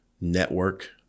network